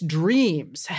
dreams